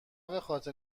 بخاطر